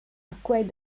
acquired